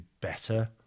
better